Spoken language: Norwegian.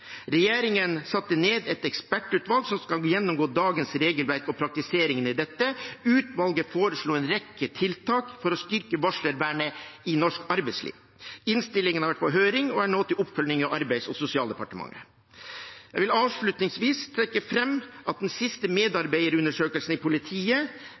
Regjeringen satte ned et ekspertutvalg som skulle gjennomgå dagens regelverk og praktiseringen av dette. Utvalget foreslo en rekke tiltak for å styrke varslervernet i norsk arbeidsliv. Innstillingen har vært på høring og er nå til oppfølging i Arbeids- og sosialdepartementet. Jeg vil avslutningsvis trekke fram at den siste medarbeiderundersøkelsen i politiet